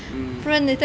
mm